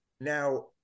Now